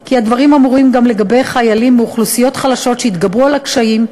כי הדברים אמורים גם לגבי חיילים מאוכלוסיות חלשות שהתגברו על הקשיים,